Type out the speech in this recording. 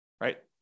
right